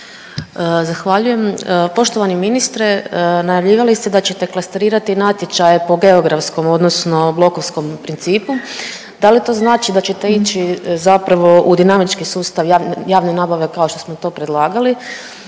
Zahvaljujem. Poštovani ministre, najavljivali ste da ćete klasterirate natječaje po geografskom odnosno blokovskom principu. Da li to znači da ćete ići zapravo u dinamički sustav javne nabave kao što smo to predlagali?